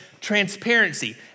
transparency